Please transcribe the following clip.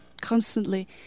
constantly